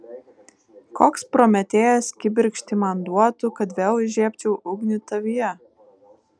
koks prometėjas kibirkštį man duotų kad vėl įžiebčiau ugnį tavyje